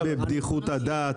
זה בבדיחות הדעת,